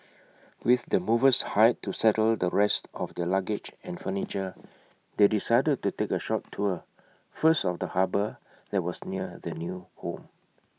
with the movers hired to settle the rest of their luggage and furniture they decided to take A short tour first of the harbour that was near their new home